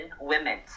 women